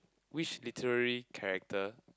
which literary character